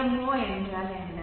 AM0 என்றால் என்ன